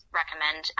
recommend